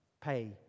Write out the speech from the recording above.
pay